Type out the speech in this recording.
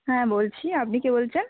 হ্যাঁ বলছি আপনি কে বলছেন